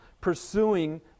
pursuing